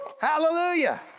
hallelujah